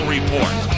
Report